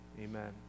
Amen